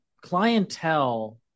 clientele